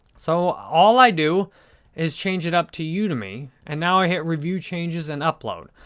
so, all i do is change it up to yeah udemy and now i hit review changes and upload.